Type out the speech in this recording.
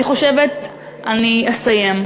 אני אסיים.